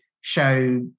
show